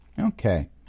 Okay